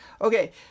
Okay